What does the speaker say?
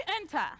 enter